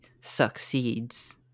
succeeds